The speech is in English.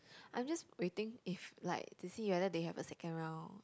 I'm just waiting if like to see whether they have a second round